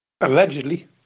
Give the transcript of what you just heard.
Allegedly